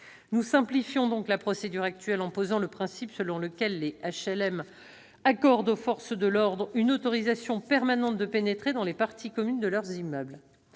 Nous simplifions donc la procédure actuelle en posant le principe selon lequel les organismes d'HLM accordent aux forces de l'ordre une autorisation permanente de pénétrer dans les parties communes de leurs immeubles.